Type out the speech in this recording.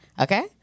okay